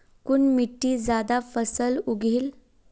कुन मिट्टी ज्यादा फसल उगहिल?